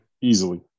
easily